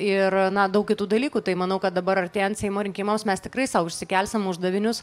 ir na daug kitų dalykų tai manau kad dabar artėjant seimo rinkimams mes tikrai sau išsikelsim uždavinius